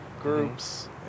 groups